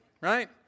right